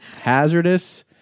Hazardous